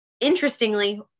interestingly